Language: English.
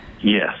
Yes